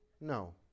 No